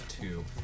two